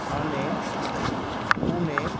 Thane Pune